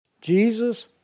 Jesus